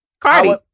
Cardi